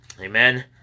amen